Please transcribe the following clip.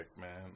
man